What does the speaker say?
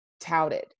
Touted